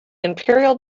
imperial